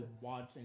watching